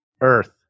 Earth